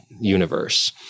universe